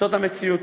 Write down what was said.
זאת המציאות.